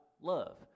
love